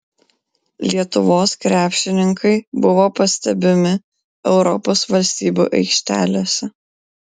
lietuvos krepšininkai buvo pastebimi europos valstybių aikštelėse